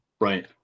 right